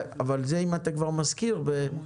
אם אתה כבר מזכיר את זה,